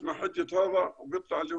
גם אם יש מורשת ומסורת, ושיפוט שבטי,